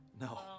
No